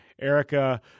erica